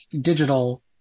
digital